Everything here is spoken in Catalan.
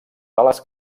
dallas